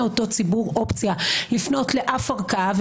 ציבור אופציה לפנות לאף ערכאה,